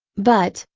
but,